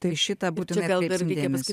į šitą būtinai atkreipsim dėmesį